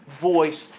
voice